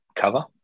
cover